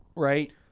right